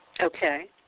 okay